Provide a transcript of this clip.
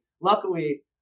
luckily